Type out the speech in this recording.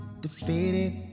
defeated